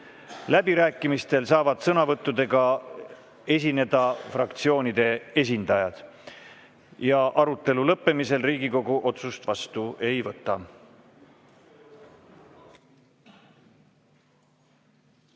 Läbirääkimistel saavad sõnavõttudega esineda fraktsioonide esindajad. Arutelu lõppemisel Riigikogu otsust vastu ei võta.Me